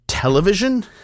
Television